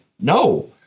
no